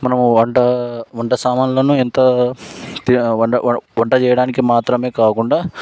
మనము వంట వంట సామాన్లను ఇంత వంట వంట చేయడానికి మాత్రమే కాకుండా